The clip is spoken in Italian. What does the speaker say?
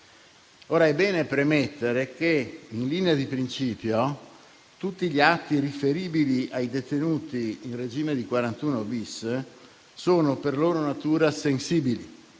È bene premettere che, in linea di principio, tutti gli atti riferibili ai detenuti in regime di 41-*bis* sono per loro natura sensibili,